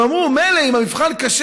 הם אמרו: מילא אם המבחן קשה,